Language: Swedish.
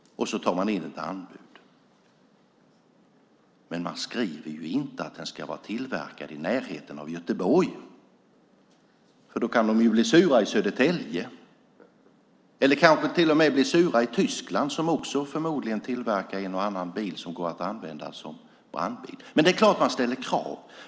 Så tar man in anbud, men man skriver inte att bilen ska vara tillverkad i närheten av Göteborg, för då kan de bli sura i Södertälje eller kanske till och med i Tyskland som förmodligen också tillverkar en och annan bil som kan användas som brandbil. Men det är klart att man ställer krav.